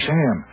Sam